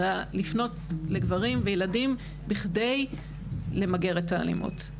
אלא לפנות לגברים וילדים בכדי למגר את האלימות.